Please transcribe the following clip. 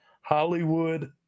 Hollywood